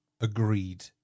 agreed